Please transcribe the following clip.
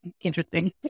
interesting